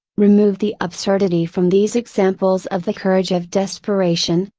remove the absurdity from these examples of the courage of desperation,